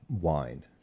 wine